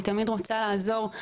רוצה לעזור.